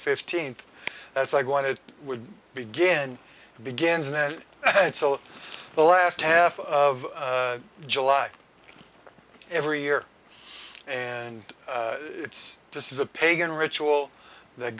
fifteenth that's like one it would be again begins and then the last half of july every year and it's to see is a pagan ritual that